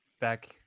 back